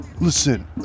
Listen